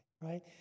right